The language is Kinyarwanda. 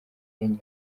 nyuma